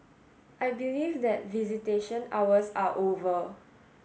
I believe that visitation hours are over